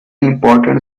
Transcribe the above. important